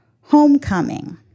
homecoming